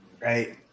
right